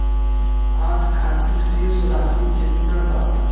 आज खातिर शेष राशि केतना बा?